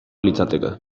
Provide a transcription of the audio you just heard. litzateke